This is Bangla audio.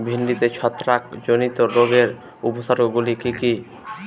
ভিন্ডিতে ছত্রাক জনিত রোগের উপসর্গ গুলি কি কী?